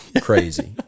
Crazy